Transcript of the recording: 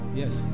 yes